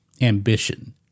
ambition